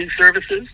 Services